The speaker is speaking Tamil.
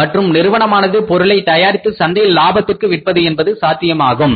மற்றும் நிறுவனமானது பொருளை தயாரித்து சந்தையில் லாபத்திற்கு விற்பது என்பது சாத்தியமாகும்